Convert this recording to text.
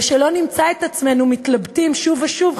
ושלא נמצא את עצמנו מתלבטים שוב ושוב,